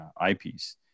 eyepiece